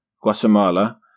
Guatemala